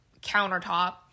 countertop